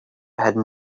hidden